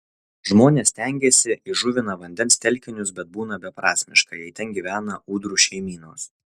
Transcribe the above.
žmonės stengiasi įžuvina vandens telkinius bet būna beprasmiška jei ten gyvena ūdrų šeimynos